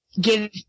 give